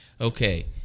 okay